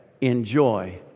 enjoy